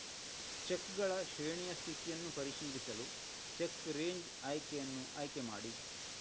ಚೆಕ್ಗಳ ಶ್ರೇಣಿಯ ಸ್ಥಿತಿಯನ್ನು ಪರಿಶೀಲಿಸಲು ಚೆಕ್ ರೇಂಜ್ ಆಯ್ಕೆಯನ್ನು ಆಯ್ಕೆ ಮಾಡಿ